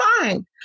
fine